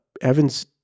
Evans